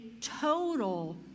total